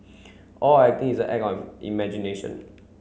all acting is act of imagination